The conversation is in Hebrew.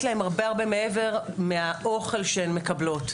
להם הרבה הרבה מעבר לאוכל שהן מקבלות.